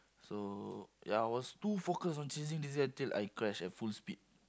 so ya I was too focus on chasing this guy until I crash at full speed